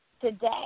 today